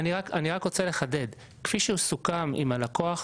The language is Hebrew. אני רוצה להבין משהו אחד.